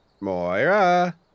Moira